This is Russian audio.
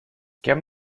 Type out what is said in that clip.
кем